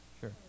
Sure